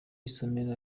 isomero